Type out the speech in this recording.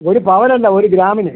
ഒരു പവനല്ല ഒരു ഗ്രാമിന്